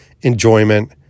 enjoyment